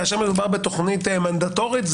כאשר מדובר בתוכנית מנדטורית,